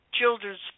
children's